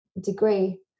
degree